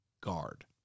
guard